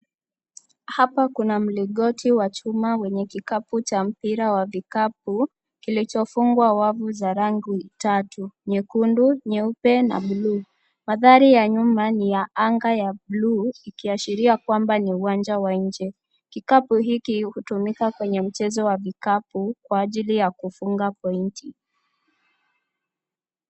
Hapa kuna mlingoti wa chuma wenye kikapu cha mpira wa vikapu kilichofungwa kwa wavu wa rangi tatu: nyekundu, nyeupe, na buluu. Mandhari ya nyuma ni ya anga la buluu, ikiashiria kwamba huu ni uwanja wa nje. Kikapu hiki hutumika kwenye mchezo wa vikapu kwa ajili ya kufunga point .